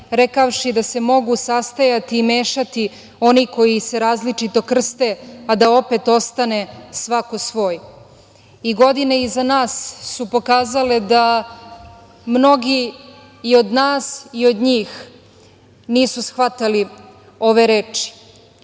rekavši da se mogu sastajati i mešati oni koji se različito krste, a da opet ostane svako svoj. Godine iza nas su pokazale da mnogi i od nas i od njih nisu shvatali ove reči.